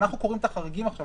ואנחנו קוראים את החריגים עכשיו,